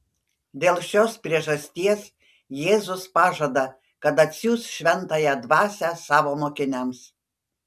dėl šios priežasties jėzus pažada kad atsiųs šventąją dvasią savo mokiniams